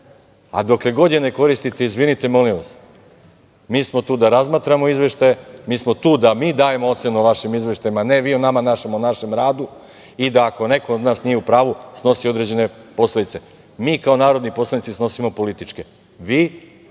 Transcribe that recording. A dokle god je ne koristite, izvinite, molim vas, mi smo tu da razmatramo izveštaje, mi smo tu da mi dajemo ocenu o vašim izveštajima, a ne vi nama o našem radu, i da ako neko od nas nije u pravu, snosi određene posledice. Mi kao narodni poslanici snosimo političke, vi